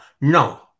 No